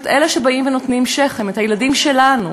את אלה שבאים ונותנים שכם, את הילדים שלנו,